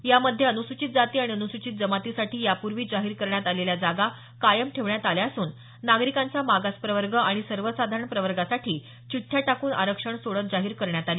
यामध्ये अनुसूचित जाती आणि अनुसूचित जमातीसाठी यापूर्वी जाहीर करण्यात आलेल्या जागा कायम ठेवण्यात आल्या असून नागरिकांचा मागास प्रवर्ग आणि सर्वसाधारण प्रवर्गासाठी चिठ्ठ्या टाकून आरक्षण सोडत जाहीर करण्यात आली